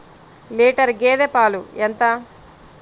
Litre గేదె పాలు ఎంత?